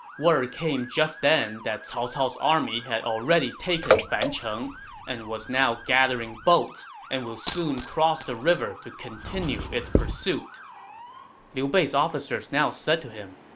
word came just then that cao cao's army had already taken fancheng and was now gathering boats and will soon cross the river to continue its pursuit liu bei's officers now said to him,